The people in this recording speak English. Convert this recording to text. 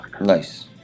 Nice